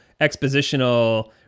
expositional